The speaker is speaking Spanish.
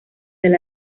del